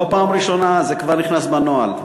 לא פעם ראשונה, זה כבר נכנס בנוהל.